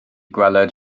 gweled